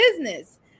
business